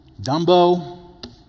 Dumbo